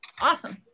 Awesome